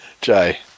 Jay